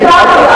אם כך,